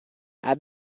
add